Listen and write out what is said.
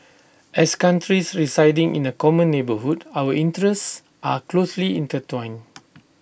as countries residing in A common neighbourhood our interests are closely intertwined